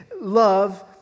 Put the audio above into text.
love